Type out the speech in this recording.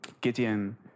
Gideon